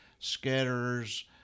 scatterers